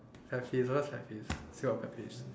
pet peeves what pet peeves say your pet peeves